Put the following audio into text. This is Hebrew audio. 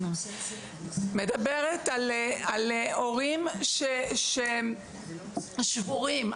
אני מדברת על הורים שבורים,